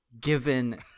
given